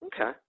Okay